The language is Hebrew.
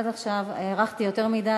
עד עכשיו הארכתי יותר מדי.